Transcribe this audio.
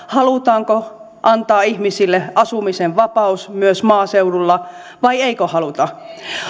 halutaanko antaa ihmisille asumisen vapaus myös maaseudulla vai eikö haluta